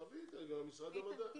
תביאי גם את משרד המדע.